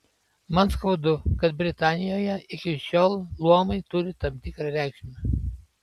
man skaudu kad britanijoje iki šiol luomai turi tam tikrą reikšmę